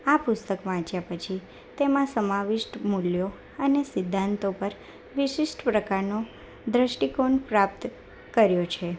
આ પુસ્તક વાંચ્યા પછી તેમાં સમાવિષ્ટ મૂલ્યો અને સિદ્ધાંતો પર વિશિષ્ટ પ્રકારનું દૃષ્ટિકોણ પ્રાપ્ત કર્યું છે